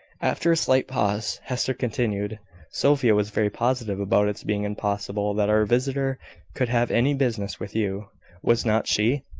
after a slight pause, hester continued sophia was very positive about its being impossible that our visitor could have any business with you was not she?